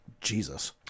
Jesus